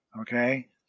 okay